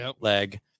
leg